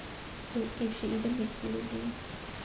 to if she even makes delivery